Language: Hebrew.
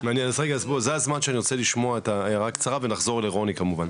אז זה הזמן שאני רוצה לשמוע הערה קצרה ונחזור לרוני כמובן.